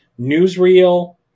newsreel